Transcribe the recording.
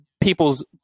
people's